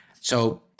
So-